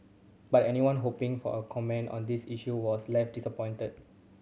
but anyone hoping for a comment on the issue was left disappointed